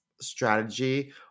strategy